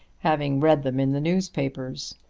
having read them in the newspapers.